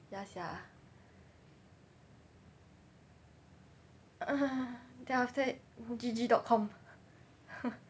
ya sia then after that G_G dot com